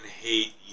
hate